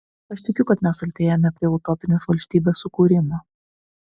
aš tikiu kad mes artėjame prie utopinės valstybės sukūrimo